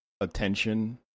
attention